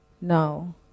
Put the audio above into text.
Now